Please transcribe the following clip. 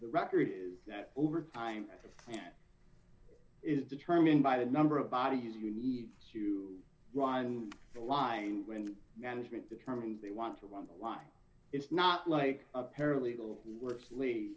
the record is that over time is determined by the number of bodies you need to run the line when management determines they want to run the line it's not like a paralegal works late